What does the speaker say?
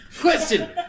Question